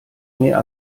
mehr